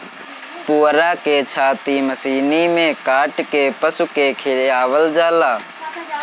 पुअरा के छाटी मशीनी में काट के पशु के खियावल जाला